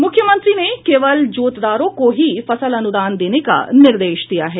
मुख्यमंत्री ने केवल जोतदारों को ही फसल अनुदान देने का निर्देश दिया है